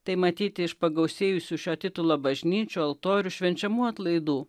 tai matyti iš pagausėjusių šio titulo bažnyčių altorių švenčiamų atlaidų